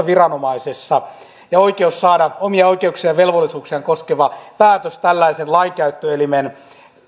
viranomaisessa ja oikeus saada omia oikeuksiaan ja velvollisuuksiaan koskeva päätös tällaisen lainkäyttöelimen